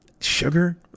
sugar